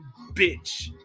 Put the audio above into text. bitch